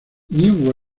new